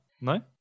no